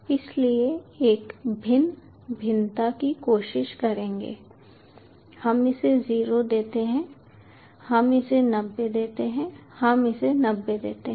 इसलिए एक भिन्न भिन्नता की कोशिश करेंगे हम इसे 0 देते हैं हम इसे 90 देते हैं हम इसे 90 देते हैं